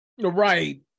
Right